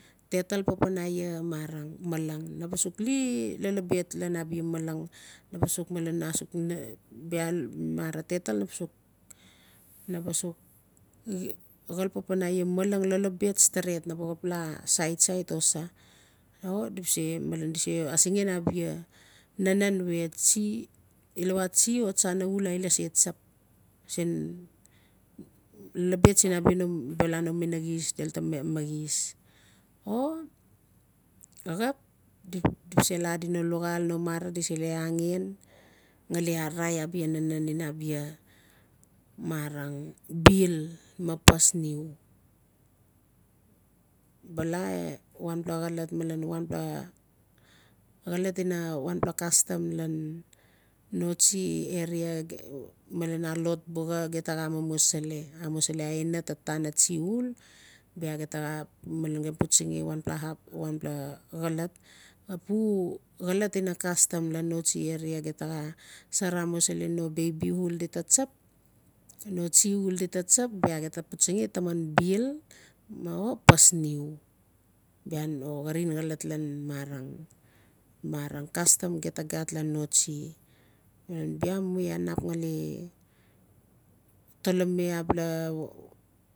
Tatal panpan aia maren malang na ba suk li lolobet lan abia malang naba suk malen asuk bia mara tatal naba suk xol pan aia malang lolobet steret na ba xap la sait sait o sa o di ba se malen di se asingen abia nanen we tsi ilawa tsi o tsana uul illa se tsap sin lolobet siin abia num bala num minaxis delu ta maxis o xap di base la adi no luxaal mara di se la angen ngali arara abia nanen ina abia marang bil na pas niu. Bala wanpla xolot alen wanpla xolot ina wanpla kastam ian notsi area malen a lot buxa ge ta xa amusili. Amusili aina ta tana tsi uul bia ge ta xa male putsangi wanpla hap wanpla xolot pu xolot ina kastam notsi are agem ta xa sar amusili no baby uul di ta tsap no tsi uul di ta tsap bia gem ta putsangi taman bil o ma pas niu bia no xarin xolot lan mara-mara kastam gem ta gat notsi male bia mu iaa nap ngali tolomi abala